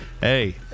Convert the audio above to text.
Hey